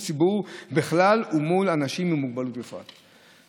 הציבור בכלל ומול אנשים עם מוגבלות בפרט,